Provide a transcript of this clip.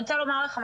אני רוצה לומר לך,